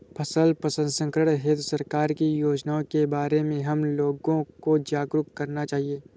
फसल प्रसंस्करण हेतु सरकार की योजनाओं के बारे में हमें लोगों को जागरूक करना चाहिए